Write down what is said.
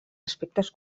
aspectes